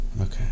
Okay